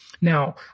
Now